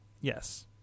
yes